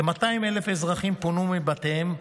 כ-200,000 אזרחים פונו מבתיהם,